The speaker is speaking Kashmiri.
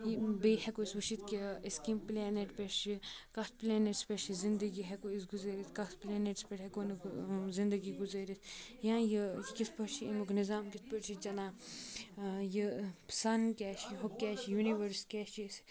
بیٚیہِ ہیٚکو أسۍ وٕچھِتھ کہِ أسۍ کِم پلینٹ پیٹھ چھِ کتھ پلینٹَس پیٹھ چھِ زِنٛدگی ہیٚکو أسۍ گُزٲرِتھ کتھ پلینٹَس پیٹھ ہیٚکو نہٕ زِنٛدگی گُزٲرِتھ یا یہِ یہِ کِتھ پٲٹھۍ چھُ امیُک نِظام کِتھ پٲٹھۍ چھُ چَلان یہِ سَن کیاہ چھُ ہہُ کیاہ چھُ یوٗنِوٲرٕس کیاہ چھُ اَسہِ